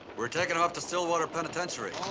we're taking them up to stillwater penitentiary.